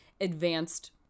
advanced